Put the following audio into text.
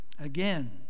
Again